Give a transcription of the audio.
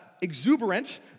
exuberant